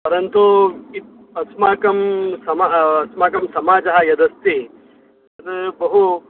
परन्तु अस्माकं समा अस्माकं समाजः यदस्ति तद् बहु